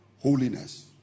Holiness